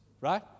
Right